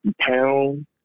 pound